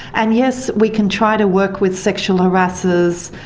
and yes, we can try to work with sexual harassers,